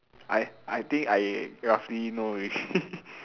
I I think I roughly know already